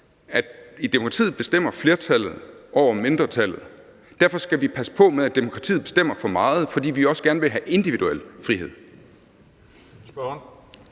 i demokratiet bestemmer over mindretallet. Derfor skal vi passe på med, at demokratiet bestemmer for meget, for vi vil også gerne have individuel frihed.